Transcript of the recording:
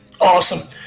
Awesome